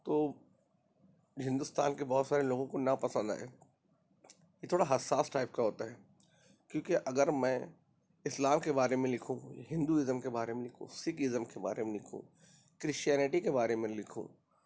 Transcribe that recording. تو ہندوستان کے بہت سارے لوگوں کو ناپسند آئے یہ تھوڑا حساس ٹائپ کا ہوتا ہے کیوں کہ اگر میں اسلام کے بارے میں لکھوں ہندوازم کے بارے میں لکھوں سکھ ازم کے بارے میں لکھوں کرشچینٹی کے بارے میں لکھوں